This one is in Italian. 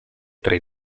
tre